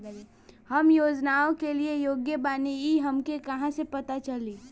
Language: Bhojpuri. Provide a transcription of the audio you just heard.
हम योजनाओ के लिए योग्य बानी ई हमके कहाँसे पता चली?